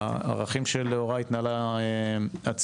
ובערכים של לאורה התנהלה הציונות,